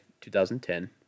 2010